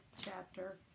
chapter